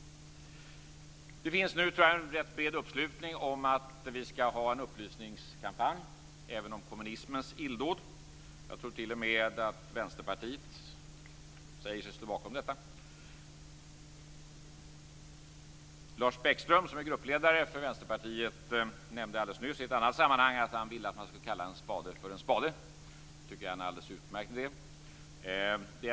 Jag tror att det nu finns en bred uppslutning om att vi skall ha en upplysningskampanj även om kommunismens illdåd. Jag tror t.o.m. att Vänsterpartiet säger sig stå bakom detta. Lars Bäckström, som är gruppledare för Vänsterpartiet, nämnde alldeles nyss i ett annat sammanhang att han ville att man skulle kalla en spade för en spade. Det tycker jag är en alldeles utmärkt idé.